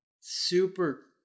super